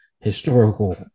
historical